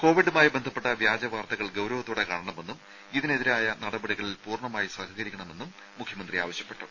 കോവിഡുമായി ബന്ധപ്പെട്ട വ്യാജ വാർത്തകൾ ഗൌരവത്തോടെ കാണണമെന്നും ഇതിനെതിരായ നടപടികളിൽ പൂർണമായി സഹകരിക്കണമെന്നും മുഖ്യമന്ത്രി ആവശ്യപ്പെട്ടു